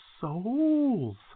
souls